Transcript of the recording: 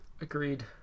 agreed